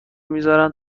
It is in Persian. میزارن